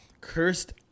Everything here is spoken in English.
Cursed